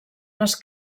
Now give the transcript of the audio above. les